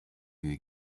they